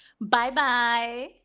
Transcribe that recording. Bye-bye